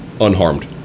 unharmed